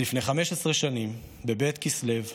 לפני 15 שנים, בב' בכסלו תשס"ח,